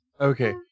Okay